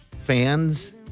fans